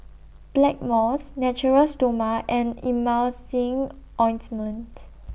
Blackmores Natura Stoma and Emulsying Ointment